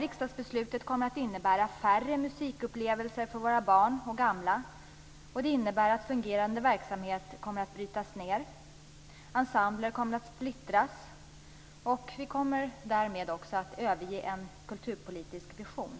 Riksdagsbeslutet kommer att innebära färre musikupplevelser för våra barn och gamla. Det innebär att fungerande verksamhet kommer att brytas ned. Ensembler kommer att splittras. Vi kommer därmed också att överge en kulturpolitisk vision.